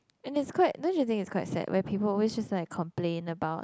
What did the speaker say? and this quite then should think is quite sad where people wish just like complain about